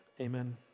amen